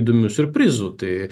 įdomių siurprizų tai